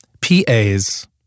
P.A.'s